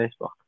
Facebook